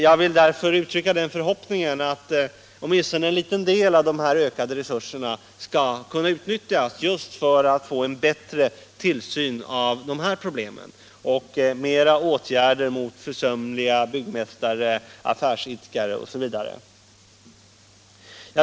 Jag vill därför uttrycka förhoppningen att åtminstone en liten del av dessa ökade resurser skall kunna utnyttjas just för att få till stånd dels en bättre tillsyn av att dessa föreskrifter efterlevs, dels åtgärder mot försumliga byggmästare, affärsidkare osv.